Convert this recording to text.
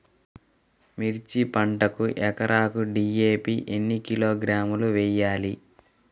మిర్చి పంటకు ఎకరాకు డీ.ఏ.పీ ఎన్ని కిలోగ్రాములు వేయాలి?